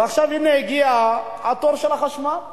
ועכשיו הנה הגיע התור של החשמל.